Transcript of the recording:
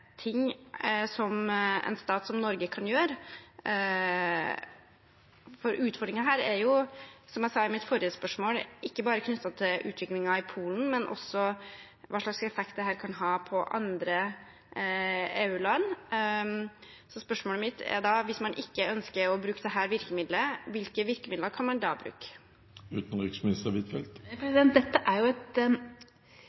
en stat som Norge kan gjøre? Utfordringen her er jo, som jeg sa i mitt forrige spørsmål, ikke bare knyttet til utviklingen i Polen, men også hva slags effekt dette kan ha på andre EU-land. Spørsmålet mitt er da: Hvis man ikke ønsker å bruke dette virkemiddelet, hvilke virkemidler kan man da